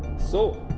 so!